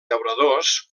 llauradors